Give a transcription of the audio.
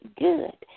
good